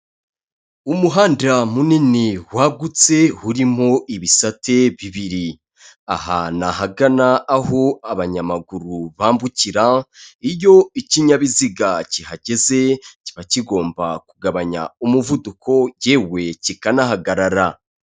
Umuhanda munini wagutse urimo ibisate bibiri, aha ni ahagana aho abanyamaguru bambukira iyo ikinyabiziga kihageze, kiba kigomba kugabanya umuvuduko yewe kikanahagarara.